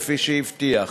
כפי שהבטיח.